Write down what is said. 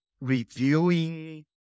reviewing